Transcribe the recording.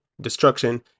destruction